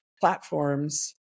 platforms